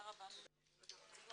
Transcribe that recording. הישיבה